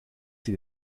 sie